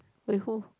wait who